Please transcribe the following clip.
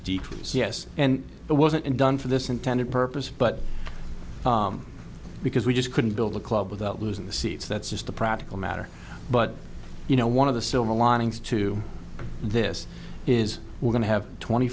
decrease yes and it wasn't done for this intended purpose but because we just couldn't build a club without losing the seats that's just a practical matter but you know one of the silver linings to this is we're going to have twenty